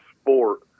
sport